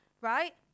right